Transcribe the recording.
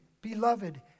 beloved